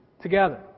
together